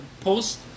post